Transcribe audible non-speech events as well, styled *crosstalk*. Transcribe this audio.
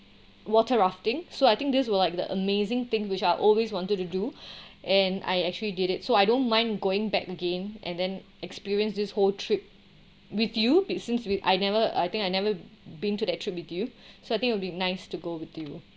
water rafting so I think this will like the amazing thing which I always wanted to do *breath* and I actually did it so I don't mind going back again and then experienced this whole trip with you be since with I never I think I never been to that trip with you *breath* so I think it would be nice to go with you